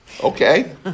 Okay